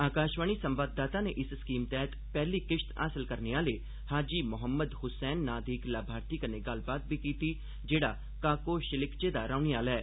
आकाशवाणी संवाददाता नै इस स्कीम तैहत पैहली किश्त हासल करने आहले हाजी मोहम्मद हुसैन नांड दे इक लाभार्थी कन्नै गल्लबात बी कीती जेहड़ा काको शिलिकचे दा रौहने आहला ऐ